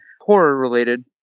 horror-related